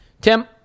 Tim